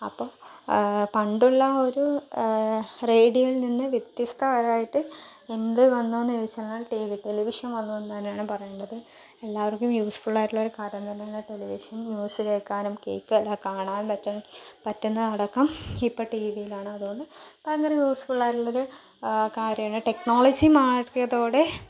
അപ്പോൾ പണ്ടുള്ള ഒരു റേഡിയോയിൽ നിന്ന് വ്യത്യസ്തപരായിട്ട് എന്ത് വന്നൂന്നു ചോദിച്ചാൽ ടിവി ടെലിവിഷൻ വന്നു എന്ന് തന്നെയാണ് പറയാനുള്ളത് എല്ലാവർക്കും യൂസ് ഫുള്ളായിട്ടുള്ളൊരു കാര്യം തന്നെയാണ് ടെലിവിഷൻ ന്യൂസ് കേക്കാനും കേക്കല്ല കാണാൻ പറ്റും പറ്റുന്നതടക്കം ഇപ്പോൾ ടിവിയിലാണ് അതുകൊണ്ട് ഭയങ്കര യൂസ് ഫുള്ളായിട്ടുള്ളൊരു കാര്യമാണ് ടെക്നോളജി മാറിയതോടെ